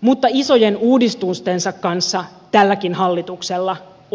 mutta isojen uudistustensa kanssa tälläkin hallituksella on vaikeaa